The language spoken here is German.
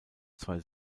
zwei